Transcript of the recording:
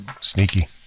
Sneaky